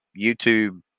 YouTube